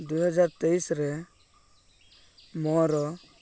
ଦୁଇହଜାର ତେଇଶରେ ମୋର